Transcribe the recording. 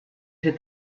się